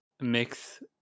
mix